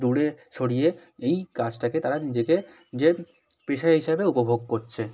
দূরে সরিয়ে এই কাজটাকে তারা নিজেকে যে পেশা হিসাবে উপভোগ করছে